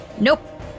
Nope